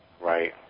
right